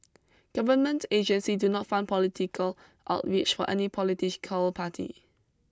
government agencies do not fund political outreach for any political party